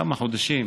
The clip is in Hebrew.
כמה חודשים,